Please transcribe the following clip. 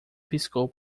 piscou